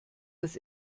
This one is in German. das